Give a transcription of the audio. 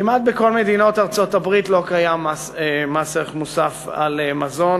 כמעט בכל מדינות ארצות-הברית לא קיים מס ערך מוסף על מזון.